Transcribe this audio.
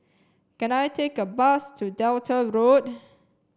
can I take a bus to Delta Road